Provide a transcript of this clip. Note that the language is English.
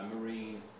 marine